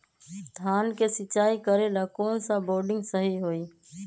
धान के सिचाई करे ला कौन सा बोर्डिंग सही होई?